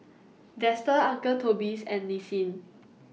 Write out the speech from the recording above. Dester Uncle Toby's and Nissin